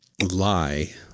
lie